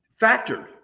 factored